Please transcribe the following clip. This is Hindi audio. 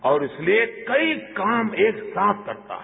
और इसलिए कई काम एक साथ करता है